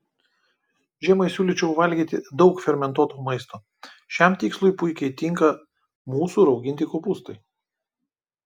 žiemą siūlyčiau valgyti daug fermentuoto maisto šiam tikslui puikiai tinka mūsų rauginti kopūstai